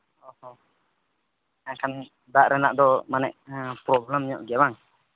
ᱚ ᱮᱱᱠᱷᱟᱱ ᱫᱟᱜ ᱨᱮᱱᱟᱜ ᱫᱚ ᱢᱟᱱᱮ ᱯᱨᱳᱵᱞᱮᱢ ᱧᱚᱜ ᱜᱮᱭᱟ ᱵᱟᱝ